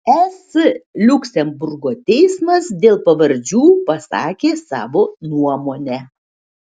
es liuksemburgo teismas dėl pavardžių pasakė savo nuomonę